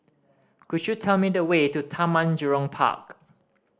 could you tell me the way to Taman Jurong Park